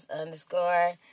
underscore